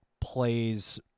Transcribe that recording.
plays